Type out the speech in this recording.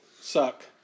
suck